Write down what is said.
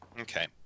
okay